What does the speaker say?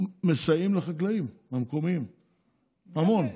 מסייעים לחקלאים המקומיים, המון.